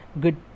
good